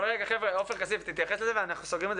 עופר כסיף תתייחס לזה ואנחנו סוגרים את הנושא,